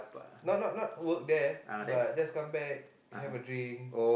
not not not work there but just come back have a drink